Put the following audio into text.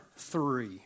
Three